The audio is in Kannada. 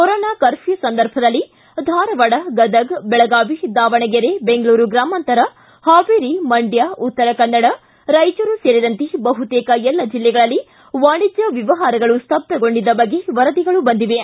ಕೊರೋನಾ ಕರ್ಫ್ಯೂ ಸಂದರ್ಭದಲ್ಲಿ ಧಾರವಾಡ ಗದಗ್ ಬೆಳಗಾವಿ ದಾವಣಗೆರೆ ಬೆಂಗಳೂರು ಗ್ರಾಮಾಂತರ ಹಾವೇರಿ ಮಂಡ್ಕ ಉತ್ತರಕನ್ನಡ ರಾಯಚೂರು ಸೇರಿದಂತೆ ಬಹುತೇಕ ಎಲ್ಲ ಜಿಲ್ಲೆಗಳಲ್ಲಿ ವಾಣಿಜ್ಯ ವ್ಯವಹಾರಗಳು ಸ್ವಬ್ದಗೊಂಡಿದ್ದ ಬಗ್ಗೆ ವರದಿಗಳು ಬಂದಿವೆ